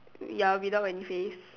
ya without any face